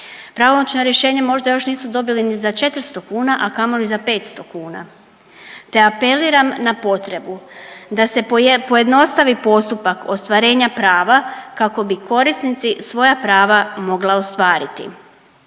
Pravomoćno rješenje možda još nisu dobili ni za 400 kuna, a kamoli za 500 kuna te apeliram na potrebu da se pojednostavi postupak ostvarenja prava kako bi korisnici svoja prava mogla ostvariti.